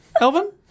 Elvin